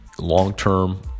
long-term